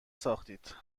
ساختید